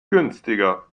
günstiger